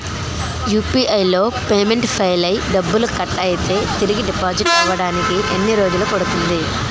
UPI లో payment fail అయ్యి డబ్బులు కట్ అయితే తిరిగి డిపాజిట్ అవ్వడానికి ఎన్ని రోజులు పడుతుంది?